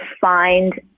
find